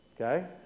Okay